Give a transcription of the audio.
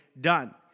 done